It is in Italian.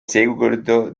seguito